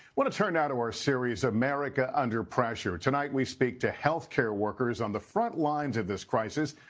want to turn now to our serie so america under pressure. tonight we speak to health care workers on the front lines of this crisis.